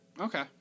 Okay